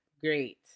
Great